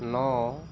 ন